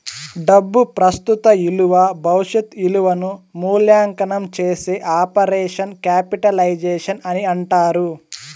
డబ్బు ప్రస్తుత ఇలువ భవిష్యత్ ఇలువను మూల్యాంకనం చేసే ఆపరేషన్ క్యాపిటలైజేషన్ అని అంటారు